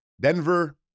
Denver